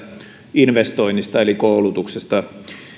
investoinnista eli koulutuksesta